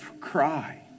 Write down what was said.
cry